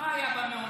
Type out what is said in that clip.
מה היה במעונות?